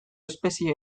espezie